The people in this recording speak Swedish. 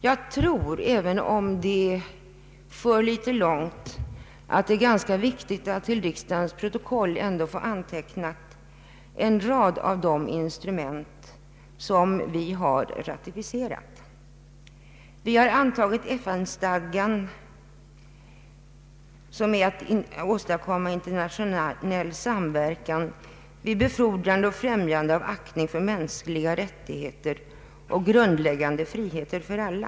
Jag tror, även om detta delvis går vid sidan av ämnet, att det är viktigt att till riksdagens protokoll ändå få anteckna en rad av de instrument som vi har ratificerat. Vi har antagit FN-stadgan, vars ändamål är att åstadkomma internationell samverkan ”vid befordrande och främjande av aktningen för mänskliga rättigheter och grundläggande friheter för alla”.